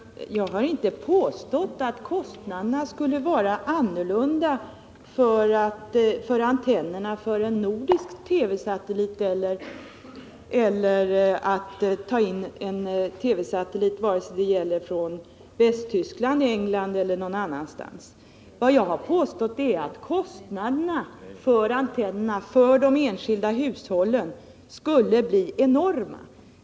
Herr talman! Jag har inte påstått att kostnaderna för antennerna skulle vara annorlunda för att ta in en nordisk TV-satellit än för att ta in en TV-satellit från Västtyskland, England eller något annat land i Europa. Vad jag har påstått är att de enskilda hushållens kostnader för antennerna skulle bli enorma.